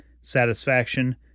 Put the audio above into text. satisfaction